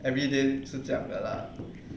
everyday 是这样的啦